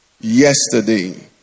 yesterday